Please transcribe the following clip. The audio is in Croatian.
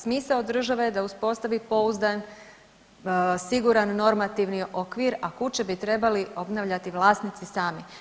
Smisao države je da uspostavi pouzdan, siguran normativni okvir, a kuće bi trebali obnavljati vlasnici sami.